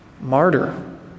Martyr